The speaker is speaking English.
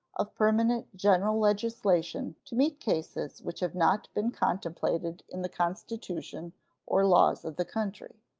of permanent general legislation to meet cases which have not been contemplated in the constitution or laws of the country.